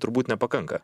turbūt nepakanka